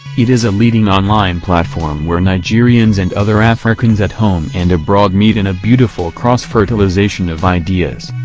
it is a leading online platform where nigerians and other africans at home and abroad meet in a beautiful cross-fertilisation of ideas.